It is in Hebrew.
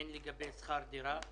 הן לגבי שכר דירה.